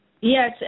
Yes